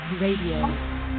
Radio